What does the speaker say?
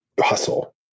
hustle